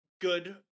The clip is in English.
good